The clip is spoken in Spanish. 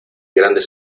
grandes